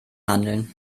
handeln